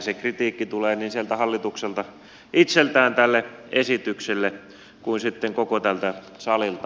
se kritiikki tälle esitykselle tulee niin sieltä hallitukselta itseltään kuin sitten koko tältä salilta